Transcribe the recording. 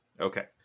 Okay